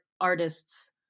artists